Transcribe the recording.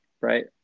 Right